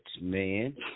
man